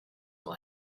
will